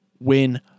win